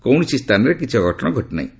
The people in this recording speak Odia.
କୌଣସି ସ୍ଥାନରେ କିଛି ଅଘଟଣ ଘଟିନାହିଁ